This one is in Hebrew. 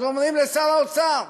אומרים לשר האוצר: